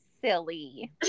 silly